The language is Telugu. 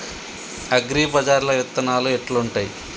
అగ్రిబజార్ల విత్తనాలు ఎట్లుంటయ్?